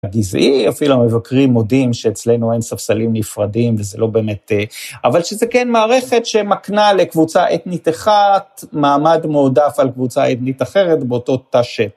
גזעי, אפילו המבקרים מודים שאצלנו אין ספסלים נפרדים וזה לא באמת... אבל שזה כן מערכת שמקנה לקבוצה אתנית אחת, מעמד מועדף על קבוצה אתנית אחרת באותו תש...